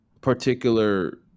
particular